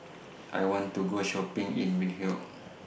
I want to Go Shopping in Windhoek